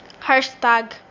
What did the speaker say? Hashtag